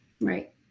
Right